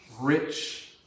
rich